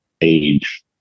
age